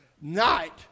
night